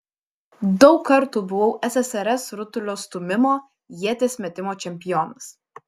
daug kartų buvau ssrs rutulio stūmimo ieties metimo čempionas